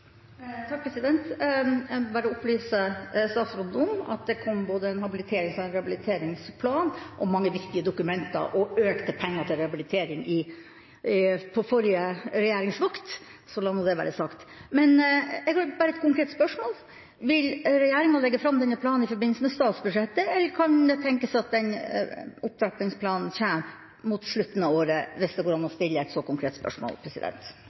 Jeg vil bare opplyse statsråden om at det kom både en habiliterings- og en rehabiliteringsplan, mange viktige dokumenter og mer penger til rehabilitering på forrige regjeringsvakt, så la nå det være sagt. Men jeg glemte et konkret spørsmål: Vil regjeringa legge fram denne planen i forbindelse med statsbudsjettet, eller kan det tenkes at opptrappingsplanen kommer mot slutten av året – hvis det går an å stille et så konkret spørsmål?